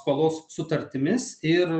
skolos sutartimis ir